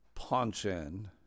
Punch-in